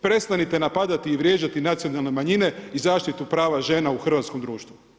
Prestanite napadati i vrijeđati nacionalne manjine i zaštitu prava žena u hrvatskom društvu.